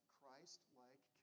Christ-like